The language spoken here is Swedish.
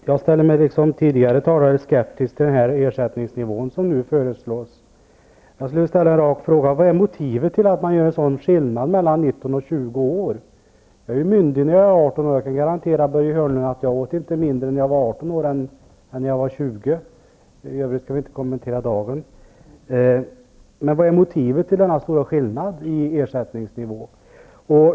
Herr talman! Jag är liksom tidigare talare skeptisk till den ersättningsnivå som nu föreslås. Jag vill ställa en rak fråga. Vilket motiv har man för att göra en sådan skillnad mellan ungdomar som är 19 resp. 20 år? Man blir myndig när man fyller 18 år. Jag kan garantera Börje Hörnlund att jag inte åt mindre när jag var 18 år än när jag hade fyllt 20 år. Vad är motivet till denna stora skillnad i ersättningsnivån?